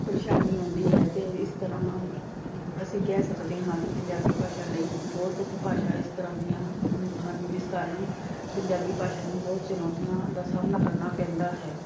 ਪਰੇਸ਼ਾਨੀ ਆਉਂਦੀ ਹੈ ਅਤੇ ਇਸ ਤਰ੍ਹਾਂ ਅਸੀਂ ਕਹਿ ਸਕਦੇ ਹਾਂ ਕਿ ਪੰਜਾਬੀ ਭਾਸ਼ਾ ਲਈ ਬਹੁਤ ਭਾਸ਼ਾ ਇਸ ਤਰ੍ਹਾਂ ਦੀਆਂ ਹੂ ਹਨ ਜਿਸ ਕਾਰਨ ਪੰਜਾਬੀ ਭਾਸ਼ਾ ਨੂੰ ਬਹੁਤ ਚੁਣੌਤੀਆਂ ਦਾ ਸਾਹਮਣਾ ਕਰਨਾ ਪੈਂਦਾ ਹੈ